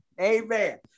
amen